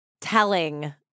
telling